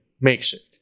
Makeshift